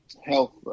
health